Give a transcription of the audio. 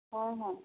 ହଁ ହଁ